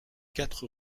quatre